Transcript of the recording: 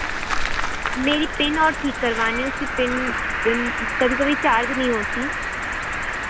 मेरी पिन और ठीक करवानी है उसकी पिन पिन कभी कभी चार्ज़ नहीं होती